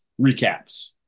recaps